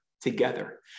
together